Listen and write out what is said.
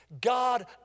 God